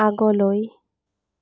আগলৈ